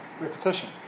Repetition